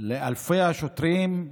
לאלפי השוטרים,